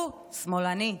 הוא שמאלני.